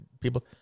people